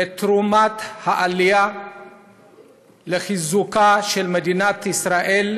את תרומת העלייה לחיזוקה של מדינת ישראל